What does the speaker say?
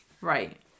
right